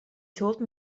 told